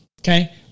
okay